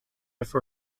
for